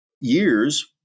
years